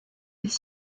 des